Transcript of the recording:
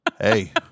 hey